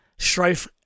Strife